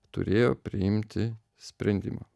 turėjo priimti sprendimą